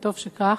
וטוב שכך,